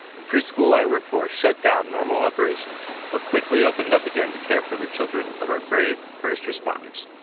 the preschool i work for shut down normal operations but quickly opened up again to care for the children of our brave first responders,